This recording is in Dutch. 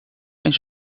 eens